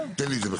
תן לי את זה בכתב.